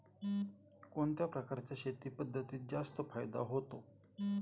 कोणत्या प्रकारच्या शेती पद्धतीत जास्त फायदा होतो?